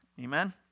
Amen